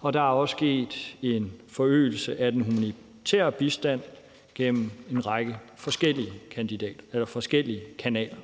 og der er også sket en forøgelse af den humanitære bistand gennem en række forskellige kanaler.